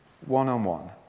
one-on-one